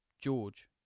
George